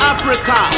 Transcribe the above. Africa